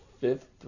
fifth